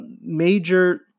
major